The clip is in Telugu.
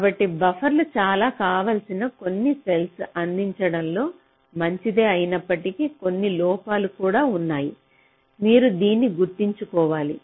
కాబట్టి బఫర్లుbuffer చాలా కావాల్సిన కొన్ని సెల్లో అందించడంలో మంచిదే అయినప్పటికీ కొన్ని లోపాలు కూడా ఉన్నాయి మీరు దీన్ని గుర్తుంచుకోవాలి